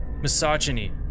misogyny